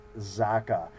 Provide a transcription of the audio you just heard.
Zaka